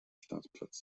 startplatz